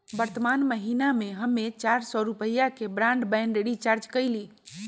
वर्तमान महीना में हम्मे चार सौ रुपया के ब्राडबैंड रीचार्ज कईली